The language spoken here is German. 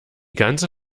ganze